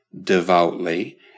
devoutly